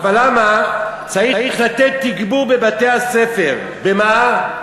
אבל למה, צריך לתת תגבור בבתי-הספר במה?